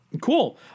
cool